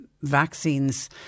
vaccines